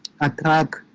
attract